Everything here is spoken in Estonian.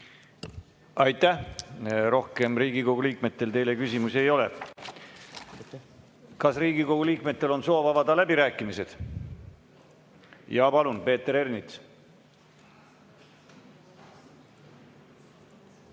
Aitäh! Rohkem Riigikogu liikmetel teile küsimusi ei ole. Kas Riigikogu liikmetel on soovi avada läbirääkimisi? Jaa, palun, Peeter Ernits!